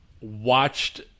watched